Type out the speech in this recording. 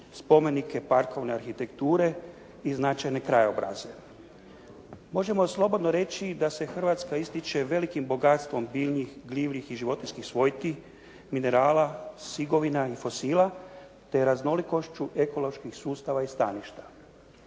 spomenika, parkovne arhitekture i značajne krajobraze. Možemo slobodno reći da se Hrvatska ističe velikim bogatstvom biljnih, gljivljih i životinjskih svojti, minerala, sigovina i fosila, te raznolikošću ekoloških sustava i staništa.